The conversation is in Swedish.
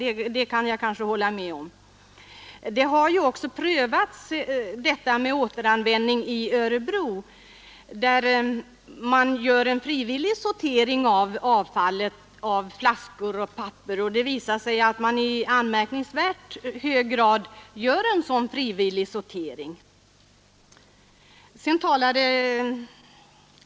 Återanvändning har ju också prövats i Örebro, där man gör en sortering av avfallet i form av flaskor och papper, och det har visat sig att man i anmärkningsvärt hög grad gör en sådan frivillig sortering.